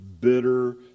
bitter